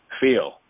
feel